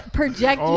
project